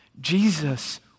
Jesus